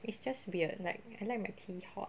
it's just weird like I like my tea hot